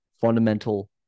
fundamental